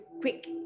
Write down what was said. quick